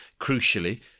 crucially